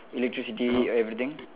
electricity everything